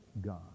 God